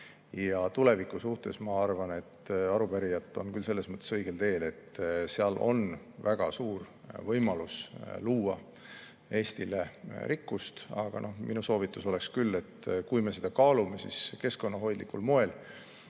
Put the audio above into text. on. Tuleviku suhtes ma arvan, et arupärijad on küll selles mõttes õigel teel, et selles [valdkonnas] on väga suur võimalus luua Eestile rikkust, aga minu soovitus oleks küll, et kui me seda kaalume, siis keskkonnahoidlikul moel,